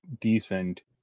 decent